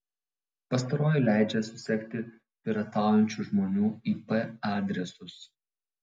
pastaroji leidžia susekti pirataujančių žmonių ip adresus